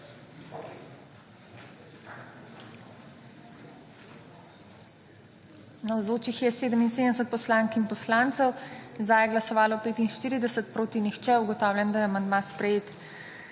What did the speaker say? Navzočih je 78 poslank in poslancev, za je glasovalo 41, proti 35. Ugotavljam, da je predlog sprejet.